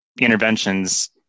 interventions